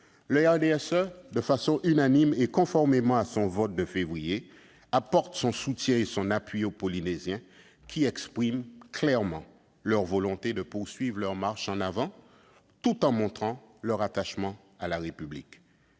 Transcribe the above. Le RDSE, de façon unanime et conformément à son vote de février dernier, apporte son soutien aux Polynésiens, qui expriment clairement leur volonté de poursuivre leur marche en avant, tout en montrant leur attachement à la République.